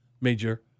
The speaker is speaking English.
major